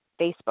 Facebook